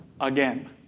again